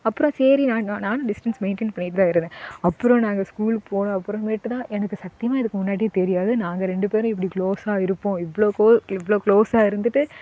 அப்புறம் சரி நான் நா நானும் டிஸ்டன்ஸ் மெயின்டைன் பண்ணிவிட்டு தான் இருந்தேன் அப்றம் நாங்கள் ஸ்கூல் போன அப்றமேட்டு தான் எனக்கு சத்தியமாக இதுக்கு முன்னாடி தெரியாது நாங்கள் ரெண்டு பேரும் இப்படி க்ளோஸாக இருப்போம் இவ்வளோ க்ளோ இவ்வளோ க்ளோஸாக இருந்துட்டு